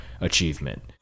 achievement